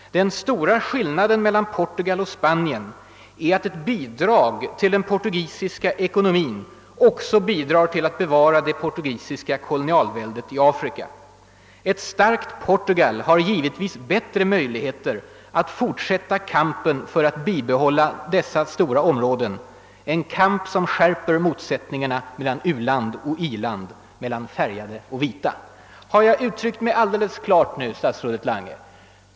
Den stora skillnaden mellan Portugal och Spanien är att ett bidrag till den portugisiska ekonomin också bidrar till att bevara det portugisiska kolonialväldet i Afrika. Ett starkt Portugal har givetvis bättre möjligheter att fortsätta kampen för att bibehålla dessa stora områden, en kamp som skärper motsättningarna mellan u-land och iland, mellan färgade och vita.» Har jag uttryckt mig alldeles klart nu, statsrådet Lange?